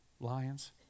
lions